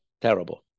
Terrible